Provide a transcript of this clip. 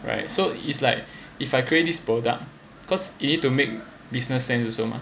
right so is like if I create this product because you need to make business sense also mah